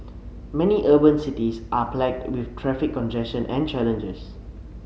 many urban cities are plagued with traffic congestion and challenges